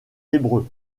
hébreu